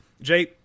Jay